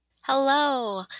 Hello